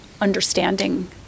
understanding